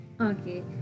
Okay